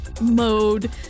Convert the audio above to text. mode